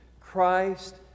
christ